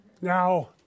Now